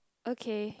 okay